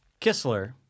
kissler